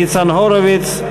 ניצן הורוביץ,